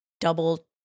double